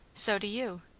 so do you.